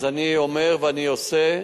אז אני אומר ואני עושה,